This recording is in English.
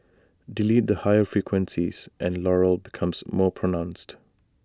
delete the higher frequencies and Laurel becomes more pronounced